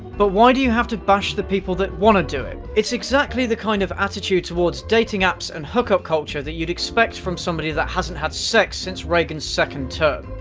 but why do you have to bash the people that want to do it? it's exactly the kind of attitude towards dating apps and hookup culture that you'd expect from somebody that hasn't had sex since reagan's second term.